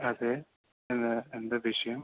അതെ ഇന്ന് എന്താ വിഷയം